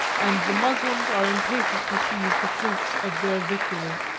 and the moslems are impatient to seize the fruits of their victory.